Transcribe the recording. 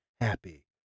happy